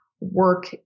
work